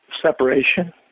separation